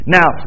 Now